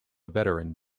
veteran